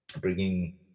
bringing